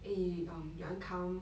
eh um you want come